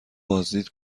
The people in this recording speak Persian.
بازدید